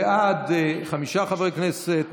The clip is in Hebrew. להעביר לוועדה את הצעת חוק יסודות התקציב (תיקון,